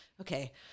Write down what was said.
Okay